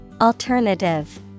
Alternative